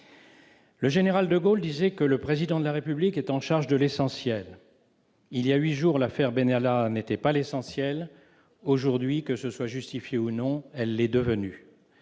Le général de Gaulle disait que le Président de la République est en charge de l'essentiel. Il y a huit jours, l'affaire Benalla n'était pas l'essentiel ; aujourd'hui, que ce soit justifié ou non, elle l'est devenue.